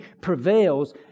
prevails